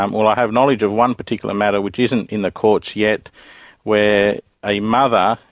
um or i have knowledge of one particular matter which isn't in the courts yet where a mother,